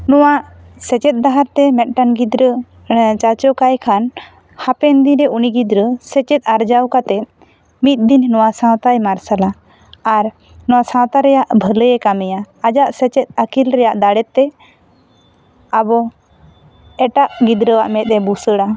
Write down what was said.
ᱱᱚᱣᱟ ᱥᱮᱪᱮᱫ ᱰᱟᱦᱟᱨ ᱛᱮ ᱢᱤᱫᱴᱟᱝ ᱜᱤᱫᱽᱨᱟᱹ ᱪᱟᱪᱚ ᱠᱟᱭ ᱠᱷᱟᱱ ᱦᱟᱯᱮᱱ ᱫᱤ ᱨᱮ ᱩᱱᱤ ᱜᱤᱫᱽᱨᱟᱹ ᱥᱮᱪᱮᱫ ᱟᱨᱡᱟᱣ ᱠᱟᱛᱮ ᱢᱤᱫ ᱫᱤᱱ ᱱᱚᱣᱟ ᱥᱟᱶᱛᱟᱭ ᱢᱟᱨᱥᱟᱞᱟ ᱟᱨ ᱱᱚᱭᱟ ᱥᱟᱶᱛᱟ ᱨᱮᱭᱟᱜ ᱵᱷᱟᱹᱞᱟᱹᱭ ᱮ ᱠᱟᱹᱢᱤᱭᱟ ᱟᱭᱟᱜ ᱥᱮᱪᱮᱫ ᱨᱮᱭᱟᱜ ᱟᱹᱠᱤᱞ ᱫᱟᱲᱮ ᱛᱮ ᱟᱵᱚ ᱮᱴᱟᱜ ᱜᱤᱫᱽᱨᱟᱹᱣᱟᱜ ᱢᱮᱫᱼᱮ ᱵᱷᱩᱥᱟᱹᱲᱟ